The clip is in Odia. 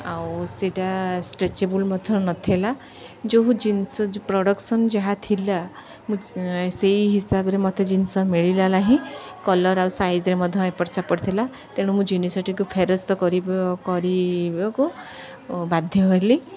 ଆଉ ସେଇଟା ଷ୍ଟ୍ରେଚେବୁଲ୍ ମଧ୍ୟ ନଥିଲା ଯେଉଁ ଜିନିଷ ପ୍ରଡ଼କ୍ସନ୍ ଯାହା ଥିଲା ମୁଁ ସେହି ହିସାବରେ ମୋତେ ଜିନିଷ ମିଳିଲା ନାହିଁ କଲର୍ ଆଉ ସାଇଜ୍ରେ ମଧ୍ୟ ଏପଟ ସେପଟ ଥିଲା ତେଣୁ ମୁଁ ଜିନିଷଟିକୁ ଫେରସ୍ତ କରି କରିବାକୁ ବାଧ୍ୟ ହେଲି